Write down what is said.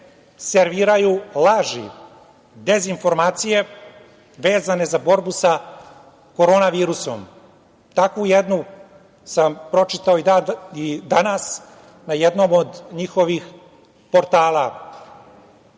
serviraju laži, dezinformacije, vezane za borbu sa korona virusom. Takvu jednu sam pročitao i danas na jednom od njihovih portala. Na